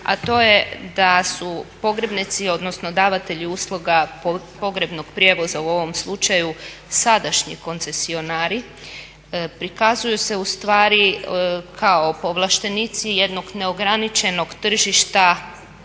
a to je da su pogrebnici, odnosno davatelji usluga pogrebnog prijevoza u ovom slučaju sadašnji koncesionari, prikazuju se ustvari kao povlaštenici jednog neograničenog tržišta